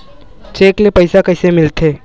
Cheque ले पईसा कइसे मिलथे?